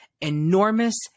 enormous